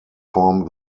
form